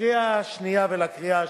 לקריאה שנייה ולקריאה שלישית.